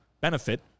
benefit